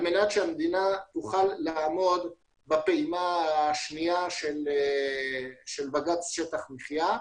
מנת שהמדינה תוכל לעמוד בפעימה השנייה של בג"ץ שטח מחייה.